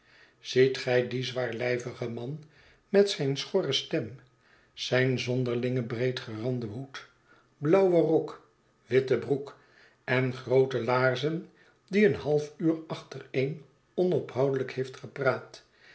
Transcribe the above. ziet gij dien zwaariijvigen man met zijne schorre stem zijn zonderlingen breedgeranden hoed blauwen rok witte broek en groote laarzen die een half uur achtereen onophoudelijk heeft gepraat